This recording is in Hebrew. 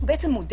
שהוא בעצם מודה,